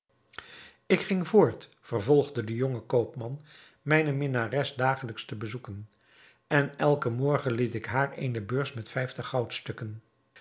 ik ging voort vervolgde de jonge koopman mijne minnares dagelijks te bezoeken en elken morgen liet ik haar eene beurs met vijftig